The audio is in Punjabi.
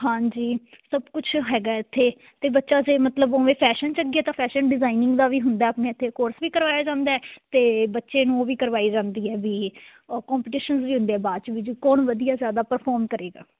ਹਾਂਜੀ ਸਭ ਕੁਛ ਹੈਗਾ ਇੱਥੇ ਅਤੇ ਬੱਚਾ ਜੇ ਮਤਲਬ ਉਵੇਂ ਫੈਸ਼ਨ 'ਚ ਅੱਗੇ ਤਾਂ ਫੈਸ਼ਨ ਡਿਜ਼ਾਇਨਿੰਗ ਦਾ ਵੀ ਹੁੰਦਾ ਆਪਣੇ ਇੱਥੇ ਕੋਰਸ ਵੀ ਕਰਵਾਇਆ ਜਾਂਦਾ ਅਤੇ ਬੱਚੇ ਨੂੰ ਉਹ ਵੀ ਕਰਵਾਈ ਜਾਂਦੀ ਹੈ ਵੀ ਕੋਪੀਟੀਸ਼ਨਸ ਵੀ ਹੁੰਦੇ ਹੈ ਬਾਅਦ 'ਚ ਵੀ ਕੌਣ ਵਧੀਆ ਜ਼ਿਆਦਾ ਪ੍ਰਫੋਮ ਕਰੇਗਾ